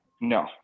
No